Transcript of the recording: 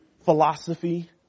philosophy